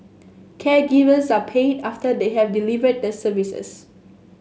caregivers are paid after they have delivered the service